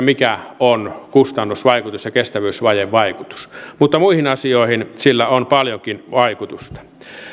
mikä on kustannusvaikutus ja kestävyysvajevaikutus mutta muihin asioihin sillä on paljonkin vaikutusta